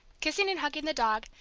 kissing and hugging the dog,